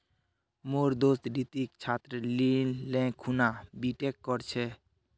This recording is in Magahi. मोर दोस्त रितिक छात्र ऋण ले खूना बीटेक कर छ